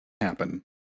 happen